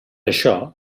això